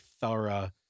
thorough